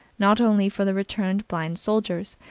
not only for the returned blind soldiers,